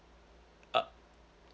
uh